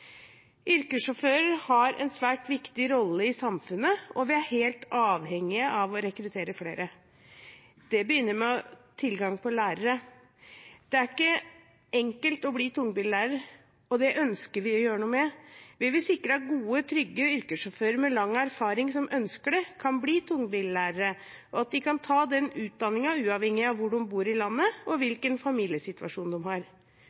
Yrkessjåfører har en svært viktig rolle i samfunnet, og vi er helt avhengige av å rekruttere flere. Det begynner med tilgang på lærere. Det er ikke enkelt å bli tungbillærer, og det ønsker vi å gjøre noe med. Vi vil sikre at gode, trygge yrkessjåfører med lang erfaring, og som ønsker det, kan bli tungbillærere, og at de kan ta den utdanningen uavhengig av hvor i landet de bor, og hvilken familiesituasjon de har. Utdanningen må være fleksibel og